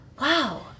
wow